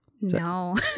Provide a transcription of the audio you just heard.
no